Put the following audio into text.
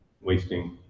wasting